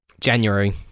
January